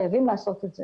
חייבים לעשות את זה